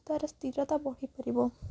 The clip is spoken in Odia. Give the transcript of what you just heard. ତା'ର ସ୍ଥିରତା ବଢ଼ିପାରିବ